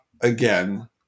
again